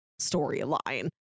storyline